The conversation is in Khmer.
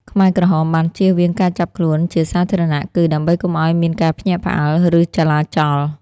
ខ្មែរក្រហមបានជៀសវាងការចាប់ខ្លួនជាសាធារណគឺ ដើម្បីកុំឱ្យមានការភ្ញាក់ផ្អើល ឬចលាចល។